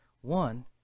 One